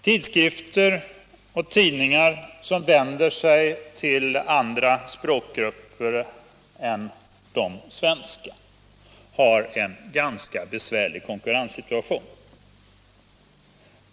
Tidskrifter och tidningar som vänder sig till andra språkgrupper än den svenska har en ganska besvärlig konkurrenssituation.